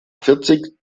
vierzig